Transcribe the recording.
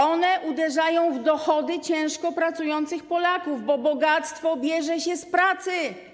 One uderzają w dochody ciężko pracujących Polaków, bo bogactwo bierze się z pracy.